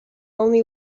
only